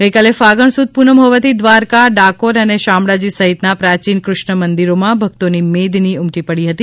ગઇકાલે ફાગણ સુદ પૂનમ હોવાથી દ્વારકા ડાકોર અને શામળાજી સહિતના પ્રાચીન દૃષ્ણ મંદિરોમાં ભક્તોની મેદની ઉમટી પડી હતી